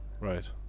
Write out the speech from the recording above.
Right